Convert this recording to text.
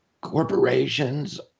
corporations